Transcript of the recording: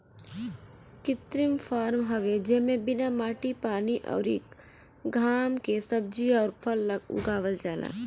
कृत्रिम फॉर्म हवे जेमे बिना माटी पानी अउरी घाम के सब्जी अउर फल उगावल जाला